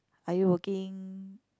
are you working